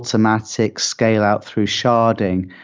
automatic scale out through sharding,